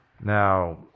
Now